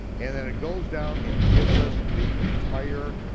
and then it goes down and gives us the entire,